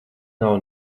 nav